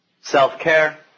self-care